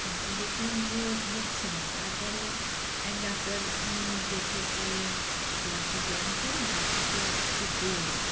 কিন্তু দেখলাম যে হচ্ছে না তার পরে এক ডাক্তার উনি দেখে বললেন যে আপনি ব্যায়াম করুন তার সাথে একটু দৌড়ান